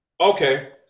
okay